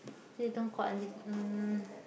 they don't quite under~ mm